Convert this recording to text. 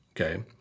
Okay